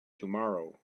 tomorrow